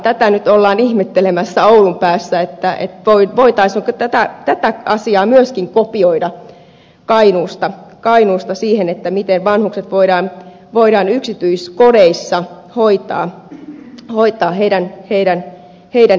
tätä nyt ollaan ihmettelemässä oulun päässä että voitaisiinko tätä asiaa myöskin kopioida kainuusta siihen miten vanhukset voidaan yksityiskodeissa hoitaa heidän ilokseen